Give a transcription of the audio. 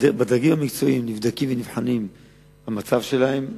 המצב שלהם נבחן ונבחן בדרגים המקצועיים,